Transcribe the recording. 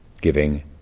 giving